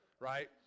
right